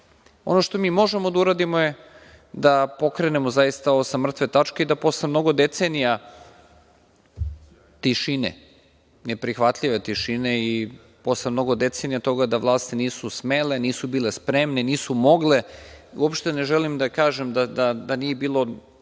što mi možemo da uradimo je da pokrenemo zaista ovo sa mrtve tačke i da posle mnogo decenija tišine, neprihvatljive tišine, i posle mnogo decenija toga da vlasti nisu smele, nisu bile spremne, nisu mogle, uopšte ne želim da kažem da nije bilo